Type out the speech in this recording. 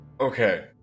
Okay